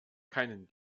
keinen